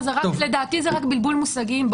לדעתי זה רק בלבול מושגים,